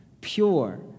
pure